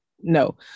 No